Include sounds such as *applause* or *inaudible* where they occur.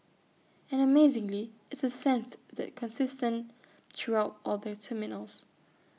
and amazingly it's A *unintelligible* that's consistent throughout all the terminals